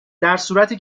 درصورتی